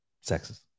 sexes